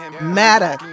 matter